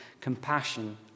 compassion